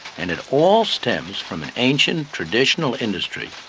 and it all stems from an ancient, traditional industry,